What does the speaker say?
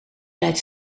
lijdt